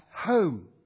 home